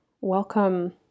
welcome